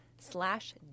slash